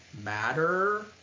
matter